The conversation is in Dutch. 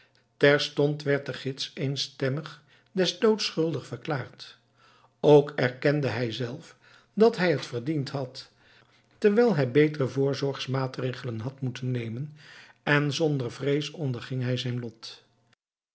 terstond werd de gids eenstemmig des doods schuldig verklaard ook erkende hij zelf dat hij het verdiend had wijl hij betere voorzorgsmaatregelen had moeten nemen en zonder vrees onderging hij zijn lot